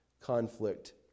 Conflict